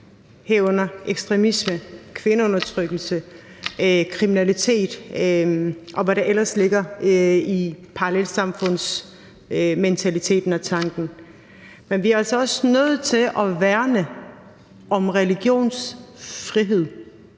herunder ekstremisme, kvindeundertrykkelse, kriminalitet, og hvad der ellers ligger i parallelsamfundsmentaliteten og -tanken. Men vi er altså også nødt til at værne om religionsfriheden.